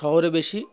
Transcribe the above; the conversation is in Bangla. শহরে বেশি